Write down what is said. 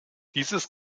dieses